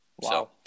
Wow